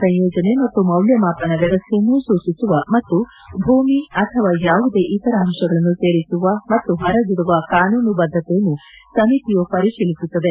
ಸಂಯೋಜನೆ ಮತ್ತು ಮೌಲ್ಯಮಾವನ ವ್ಯವಸ್ಥೆಯನ್ನು ಸೂಚಿಸುವ ಮತ್ತು ಭೂಮಿ ಅಥವಾ ಯಾವುದೇ ಇತರ ಅಂಶಗಳನ್ನು ಸೇರಿಸುವ ಮತ್ತು ಹೊರಗಿಡುವ ಕಾನೂನು ಬದ್ದತೆಯನ್ನು ಸಮಿತಿಯು ಪರಿಶೀಲಿಸುತ್ತದೆ